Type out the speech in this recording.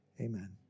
Amen